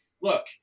look